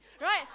Right